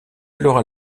alors